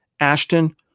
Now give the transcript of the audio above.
Ashton